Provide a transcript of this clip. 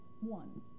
one